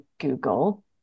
google